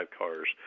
cars